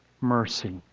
mercy